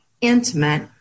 intimate